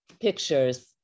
pictures